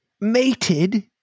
Mated